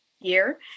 year